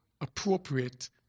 appropriate